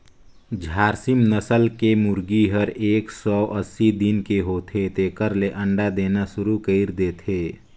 झारसिम नसल के मुरगी हर एक सौ अस्सी दिन के होथे तेकर ले अंडा देना सुरु कईर देथे